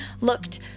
looked